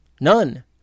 none